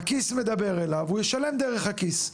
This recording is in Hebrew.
הכיס מדבר אליו, הוא יישלם דרך הכיס.